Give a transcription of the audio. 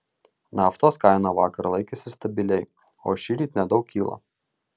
naftos kaina vakar laikėsi stabiliai o šįryt nedaug kyla